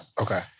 Okay